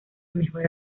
mejor